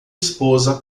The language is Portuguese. esposa